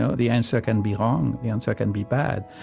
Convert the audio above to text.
ah the answer can be wrong. the answer can be bad.